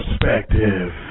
perspective